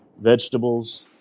vegetables